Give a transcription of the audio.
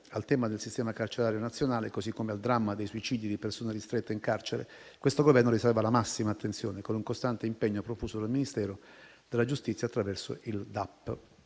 al tema del sistema carcerario nazionale, così come al dramma dei suicidi di persone ristrette in carcere, questo Governo riserva la massima attenzione, con un costante impegno profuso dal Ministero della giustizia attraverso il